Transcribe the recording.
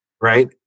Right